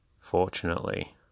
Fortunately